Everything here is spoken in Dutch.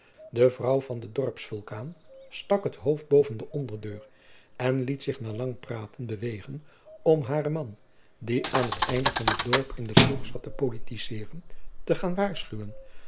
de vrouw van den dorpsvulkaan stak het hoofd boven de onderdeur en liet zich na lang praten bewegen om haren man die aan het einde van het dorp in de kroeg zat te politiceeren te gaan waarschuwen